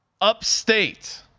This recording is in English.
Upstate